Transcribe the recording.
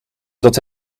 dat